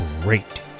great